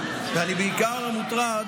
אני בעיקר מוטרד